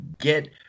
get